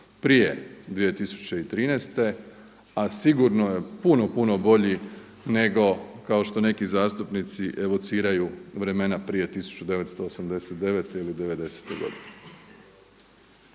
prije 2013. a sigurno je puno bolji nego kao što neki zastupnici evociraju vremena prije 1989. ili 1990. godine.